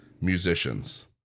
musicians